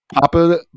Papa